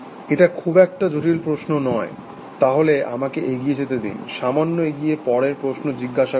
এটা খুব একটা জটিল প্রশ্ন নয় তাহলে আমাকে এগিয়ে যেতে দিন সামান্য এগিয়ে পরের প্রশ্ন জিজ্ঞাসা করুন